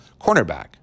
cornerback